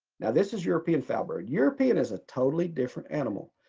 now this is european foulbrood. european is a totally different animal.